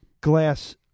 glass